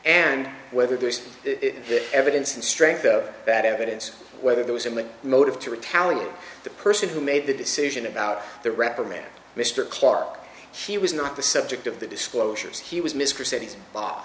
and whether there's evidence and strength of that evidence whether there was a motive to retaliate the person who made the decision about the reprimand mr clarke he was not the subject of the disclosures he was